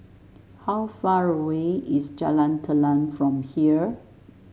how far away is Jalan Telang from here